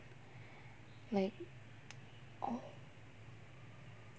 like oh